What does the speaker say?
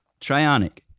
trionic